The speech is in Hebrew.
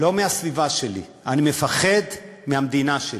לא מהסביבה שלי, אני מפחד מהמדינה שלי.